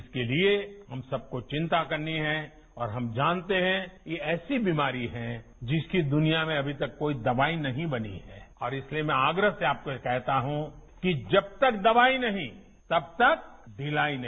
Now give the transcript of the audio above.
इसके लिए हम सबको चिंता करनी है और हम जानते है कि यह ऐसी बीमारी है जिसकी दुनिया में अभी तक कोई दवाई नहीं बनी है और इसलिए आग्रह से मैं आपको कहता हूं कि जब तक दवाई नहीं तब तक ढिलाई नहीं